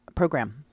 program